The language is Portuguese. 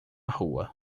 rua